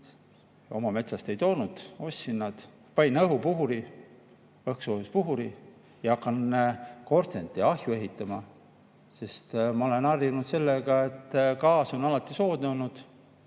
Oma metsast ei toonud, ostsin nad. Panin õhupuhuri, õhksoojuspuhuri, ja hakkan korstent ja ahju ehitama. Ma olen harjunud sellega, et gaas on alati soodne